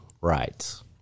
rights